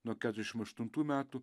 nuo keturiasdešimt aštuntų metų